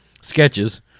sketches